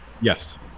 Yes